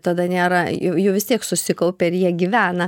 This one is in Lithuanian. tada nėra jų vis tiek susikaupia ir jie gyvena